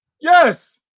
Yes